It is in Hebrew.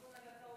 השר אלקין,